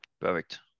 Perfect